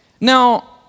now